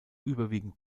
überwiegend